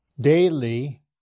daily